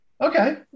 Okay